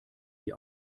die